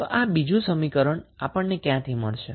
તો આ બીજું સમીકરણ આપણને ક્યાંથી મળશે